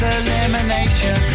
elimination